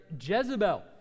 Jezebel